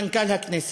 ממנכ"ל הכנסת,